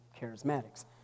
charismatics